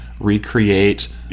recreate